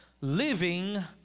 Living